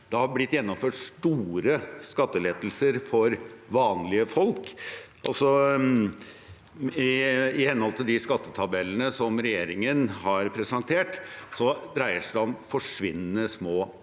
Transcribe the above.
det har blitt gjennomført store skattelettelser for vanlige folk. I henhold til de skattetabellene som regjeringen har presentert, dreier det seg om forsvinnende